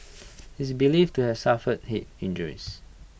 he is believed to have suffered Head injuries